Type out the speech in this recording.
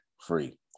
free